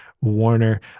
Warner